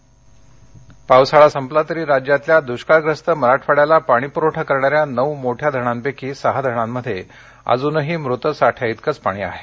धरणं पावसाळा संपला तरी राज्यातल्या दुष्काळग्रस्त मराठवाड्याला पाणीप्रवठा करणाऱ्या नऊ मोठ्या धरणांपैकी सहा धरणांमध्ये अजूनही मृत साठ्या तिकंच पाणी आहे